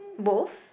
both